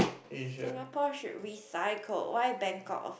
Singapore should recycle why Bangkok oh